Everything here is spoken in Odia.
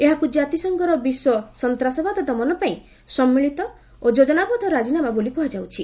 ଏହାକୁ ଜାତିସଂଘର ବିଶ୍ୱ ସନ୍ତାସବାଦ ଦମନ ପାଇଁ ସମ୍ମିଳିତ ଓ ଯୋଜନାବଦ୍ଧ ରାଜିନାମା ବୋଲି କୁହାଯାଉଛି